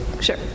Sure